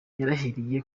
yarahiriye